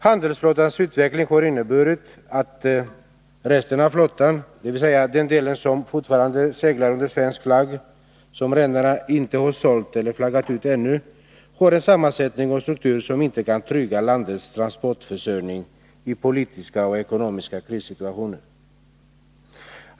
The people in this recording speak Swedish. Handelsflottans utveckling har inneburit att resten av flottan, dvs. den del som fortfarande seglar under svensk flagg och som redarna inte har sålt eller flaggat ut ännu, har en sammansättning och struktur som inte kan trygga landets transportförsörjning i politiska och ekonomiska krissituationer.